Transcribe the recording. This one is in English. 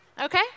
okay